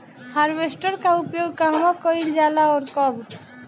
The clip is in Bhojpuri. हारवेस्टर का उपयोग कहवा कइल जाला और कब?